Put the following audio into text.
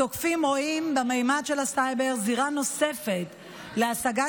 התוקפים רואים בממד של הסייבר זירה נוספת להשגת